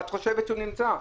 ואת חושבת שהוא נמצא.